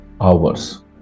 hours